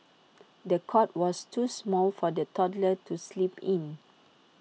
the cot was too small for the toddler to sleep in